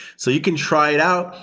so you can try it out,